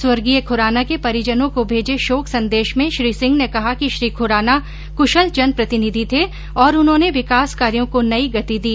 स्वर्गीय खुराना के परिजनों को भेजे शोक संदेश में श्री सिंह ने कहा कि श्री खुराना कुशल जनप्रतिनिधि थे और उन्होंने विकास कार्यो को नई गति दी